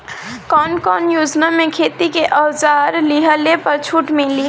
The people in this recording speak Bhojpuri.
कवन कवन योजना मै खेती के औजार लिहले पर छुट मिली?